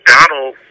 Donald